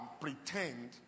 pretend